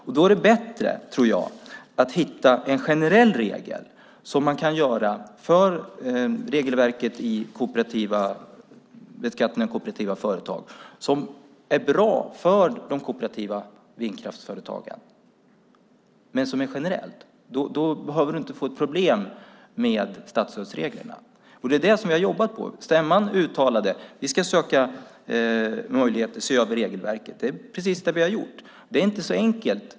Jag tror att det är bättre att hitta en generell regel för beskattning av kooperativa företag, som också är bra för de kooperativa vindkraftsföretagen. Den ska vara generell. Då behöver man inte få problem med statsstödsreglerna. Vi har jobbat med detta. Centerstämman uttalade att vi ska söka möjligheter och se över regelverket. Det är precis det vi har gjort. Det hela är inte så enkelt.